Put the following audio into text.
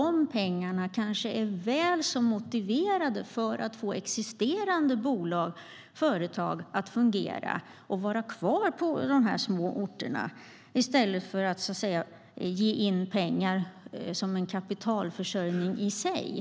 De pengarna är kanske lika motiverade för att existerande företag ska fungera och vara kvar på de små orterna i stället för som kapitalförsörjning i sig.